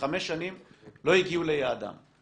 שחמש שנים לא הגיעו ליעדם;